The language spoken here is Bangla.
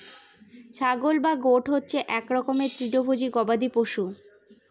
ছাগল বা গোট হচ্ছে এক রকমের তৃণভোজী গবাদি পশু